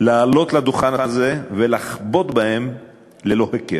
לעלות לדוכן הזה ולחבוט בהם ללא הכר.